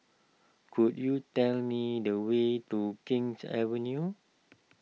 could you tell me the way to King's Avenue